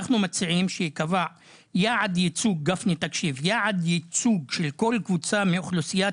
אנו מציעים שייקבע יעד ייצוג של כל קבוצה מאוכלוסיית